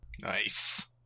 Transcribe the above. Nice